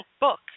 book